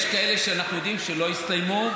יש כאלה שאנחנו יודעים שלא יסתיימו,